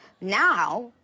Now